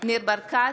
ניר ברקת,